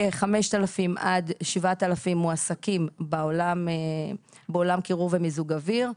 כ-5,000 עד 7,000 מועסקים בעולם קירור ומיזוג אוויר,